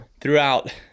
throughout